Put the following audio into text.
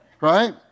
right